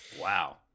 Wow